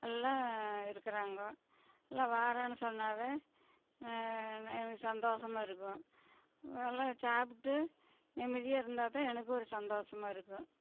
எல்லாம் இருக்கிறாங்கோ எல்லாம் வரேன்னு சொன்னால் எனக்கு சந்தோசமா இருக்கும் எல்லாம் சாப்பிட்டு நிம்மதியாக இருந்தால்தான் எனக்கு ஒரு சந்தோசமாக இருக்கும்